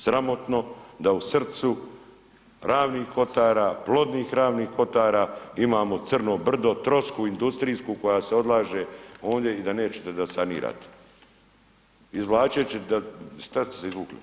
Sramotno da u srcu ravnih kotara, plodnih Ravnih kotara imamo Crno brdo, trosku industrijsku koja se odlaže ondje i da nećete da sanirate izvlačeći, šta ste izvukli?